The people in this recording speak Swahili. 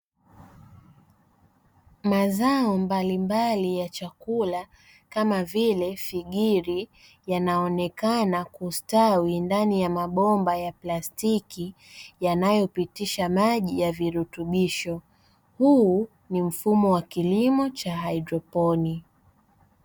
Mazao mbalimbali ya chakula kama vile figiri yanaonekana kustawi ndani ya mabomba ya plastiki, yanayopitisha maji ya virutubisho. Huu ni mfumo wa kilimo cha haidroponi.